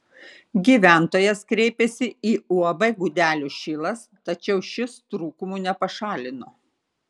gyventojas kreipėsi į uab gudelių šilas tačiau šis trūkumų nepašalino